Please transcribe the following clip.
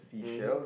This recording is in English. mmhmm